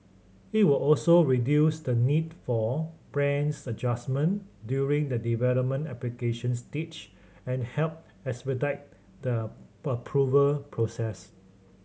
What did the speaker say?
it will also reduce the need for prams adjustment during the development application stage and help expedite the approval process